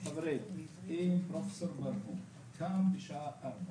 טוב חברים, אם פרופסור ברהום קם בשעה ארבע